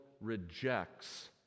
rejects